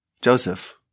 Joseph